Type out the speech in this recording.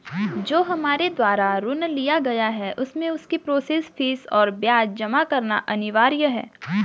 जो हमारे द्वारा ऋण लिया गया है उसमें उसकी प्रोसेस फीस और ब्याज जमा करना अनिवार्य है?